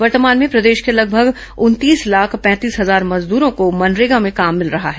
वर्तमान में प्रदेश के लगभग उनतीस लाख पैंतीस हजार मजदूरों को मनरेगा में काम मिल रहा है